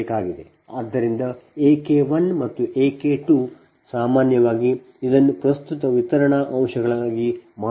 ಆದ್ದರಿಂದ A K1 ಮತ್ತು A K2 ಸಾಮಾನ್ಯವಾಗಿ ಇದನ್ನು ಪ್ರಸ್ತುತ ವಿತರಣಾ ಅಂಶಗಳಾಗಿ ಮಾಡುತ್ತದೆ